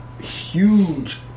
huge